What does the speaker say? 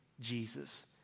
Jesus